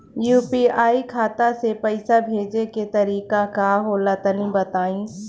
UPI खाता से पइसा भेजे के तरीका का होला तनि बताईं?